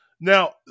Now